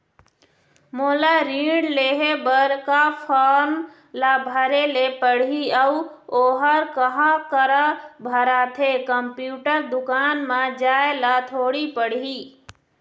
मोला ऋण लेहे बर का फार्म ला भरे ले पड़ही अऊ ओहर कहा करा भराथे, कंप्यूटर दुकान मा जाए ला थोड़ी पड़ही?